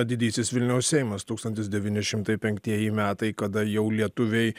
didysis vilniaus seimas tūkstantis devyni šimtai penktieji metai kada jau lietuviai